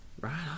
Right